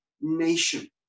nation